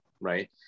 right